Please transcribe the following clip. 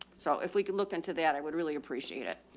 so if we could look into that, i would really appreciate it.